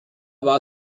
war